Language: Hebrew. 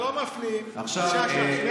אתה לא מפנים, אדוני השר, אני מציע הצעת ייעול.